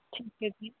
ਠੀਕ ਹੈ ਜੀ